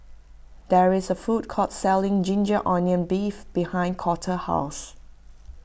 there is a food court selling Ginger Onions Beef behind Colter's house